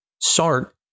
SART